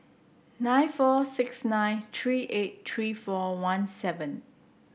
nine four six nine three eight three four one seven